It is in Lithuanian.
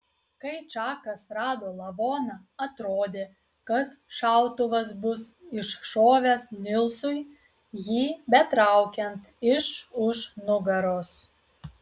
kai čakas rado lavoną atrodė kad šautuvas bus iššovęs nilsui jį betraukiant iš už nugaros